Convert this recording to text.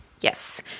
yes